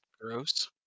gross